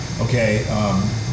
Okay